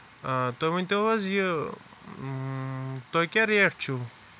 آ تُہۍ ؤنتو حظ یہِ تۄہہِ کیٛاہ ریٹ چھُو